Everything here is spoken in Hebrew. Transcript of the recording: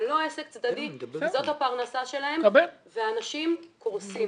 זה לא עסק צדדי אלא זאת הפרנסה שלהם ואנשים קורסים.